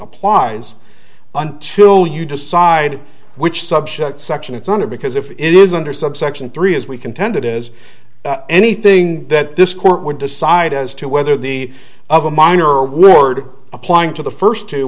applies until you decide which subject section it's under because if it isn't or subsection three as we contend it is anything that this court would decide as to whether the of a minor word applying to the first two